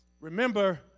remember